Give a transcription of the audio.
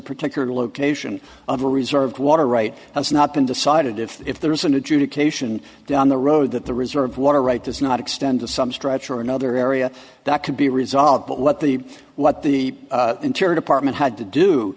particular location of a reserved water right has not been decided if there is an adjudication down the road that the reserve water right does not extend to some stretch or another area that could be resolved but what the what the interior department had to do